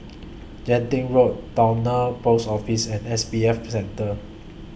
Genting Road Towner Post Office and S B F For Center